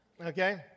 Okay